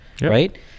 right